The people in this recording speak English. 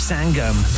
Sangam